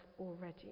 already